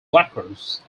lacrosse